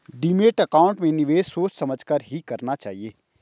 demat account में निवेश सोच समझ कर ही करना चाहिए